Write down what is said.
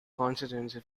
constituency